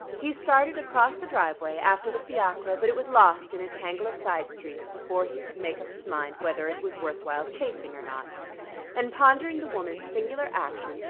he started across the driveway, after the fiacre, but it was lost in a tangle of side streets before he could make up his mind whether it was worth while chasing or not and, pondering the woman's singular action,